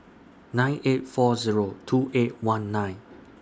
nine eight four Zero two eight one nine